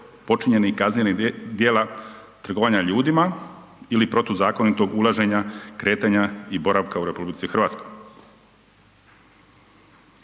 počinjenih kaznenih djela trgovanja ljudima ili protuzakonitog ulaženja, kretanja i boravka u RH. Tijekom